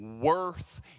worth